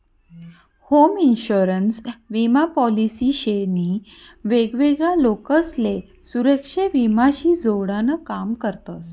home insurance विमा policy शे नी वेगवेगळा लोकसले सुरेक्षा विमा शी जोडान काम करतस